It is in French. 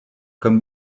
comme